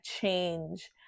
change